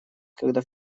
когда